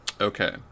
okay